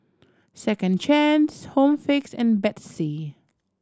Second Chance Home Fix and Betsy